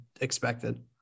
expected